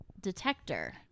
detector